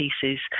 pieces